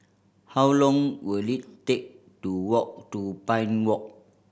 how long will it take to walk to Pine Walk